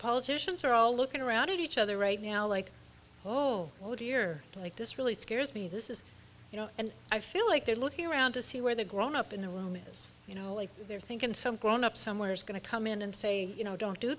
politicians are all looking around at each other right now like oh oh dear like this really scares me this is you know and i feel like they're looking around to see where the grown up in the room is you know they're thinking some grown up somewhere is going to come in and say you know don't do